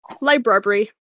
Library